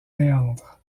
méandres